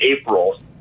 April